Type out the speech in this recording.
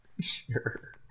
Sure